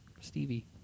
Stevie